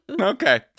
Okay